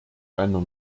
einer